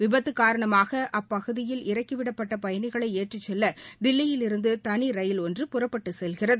விபத்து காரணமாக அப்பகுதியில் இறக்கிவிடப்பட்ட பயணிகளை ஏற்றிச் செல்ல தில்லியிலிருந்து தனி ரயில் ஒன்று புறப்பட்டுச் செல்கிறது